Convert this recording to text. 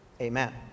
amen